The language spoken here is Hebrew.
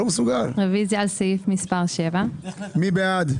רוויזיה על סעיף מספר 7. מי בעד?